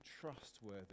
trustworthy